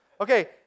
Okay